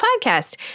podcast